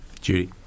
Judy